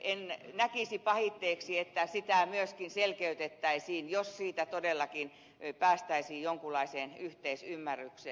en näkisi pahitteeksi että sitä myöskin selkeytettäisiin jos siitä todellakin päästäisiin jonkunlaiseen yhteisymmärrykseen